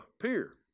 pier